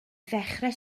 ddechrau